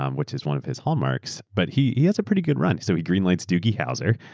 um which is one of his hallmarks, but he he has a pretty good run. so he greenlights doogie howser,